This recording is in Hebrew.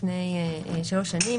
לפני 3 שנים,